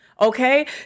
okay